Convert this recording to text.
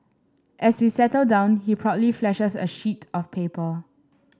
as we settle down he proudly flashes a sheet of paper